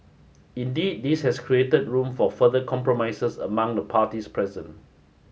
indeed this has created room for further compromises among the parties present